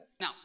Now